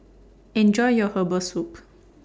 Enjoy your Herbal Soup